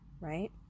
right